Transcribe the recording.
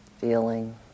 feeling